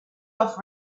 off